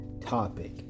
topic